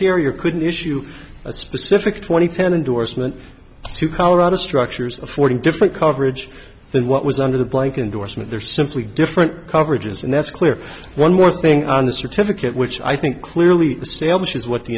carrier couldn't issue a specific twenty thousand indorsement to colorado structures of forty different coverage than what was under the blank indorsement there are simply different coverages and that's clear one more thing on the certificate which i think clearly establishes what the